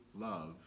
love